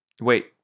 wait